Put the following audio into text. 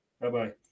Bye-bye